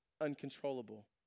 uncontrollable